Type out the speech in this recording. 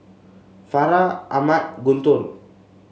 Farah Ahmad Guntur